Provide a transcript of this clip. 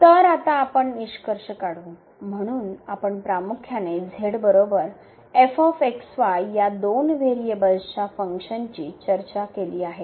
तर आता आपण निष्कर्ष काढू म्हणून आपण प्रामुख्याने या दोन व्हेरिएबल्सच्या फंक्शनची चर्चा केली आहे